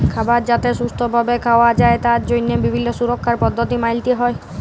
খাবার যাতে সুস্থ ভাবে খাওয়া যায় তার জন্হে বিভিল্য সুরক্ষার পদ্ধতি মালতে হ্যয়